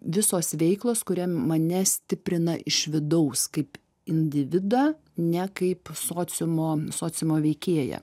visos veiklos kuria mane stiprina iš vidaus kaip individą ne kaip sociumo sociumo veikėją